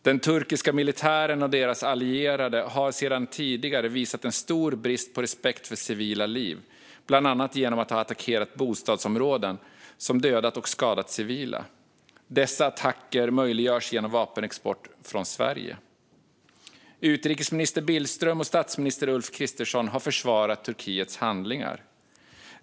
Den turkiska militären och deras allierade har sedan tidigare visat stor brist på respekt för civila liv, bland annat genom attacker mot bostadsområden där civila har dödats och skadats. Dessa attacker möjliggörs genom vapenexport från Sverige. Utrikesminister Billström och statsminister Ulf Kristersson har försvarat Turkiets handlingar.